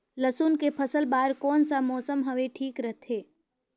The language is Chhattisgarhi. लसुन के फसल बार कोन सा मौसम हवे ठीक रथे?